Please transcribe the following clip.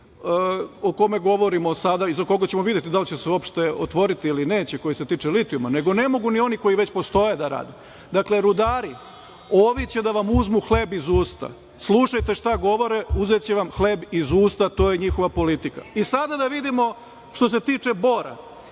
o kome govorimo sada i za koga ćemo videti da li će se uopšte otvoriti ili neće koji se tiče litijuma? Nego ne mogu ni oni koji već postoje da rade. Dakle, rudari ovi će da vam uzmu hleb iz usta slušajte šta govore uzeće vam hleb iz usta to je njihova politika. I, sada da vidimo što se tiče Bora,